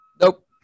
Nope